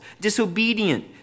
disobedient